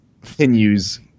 continues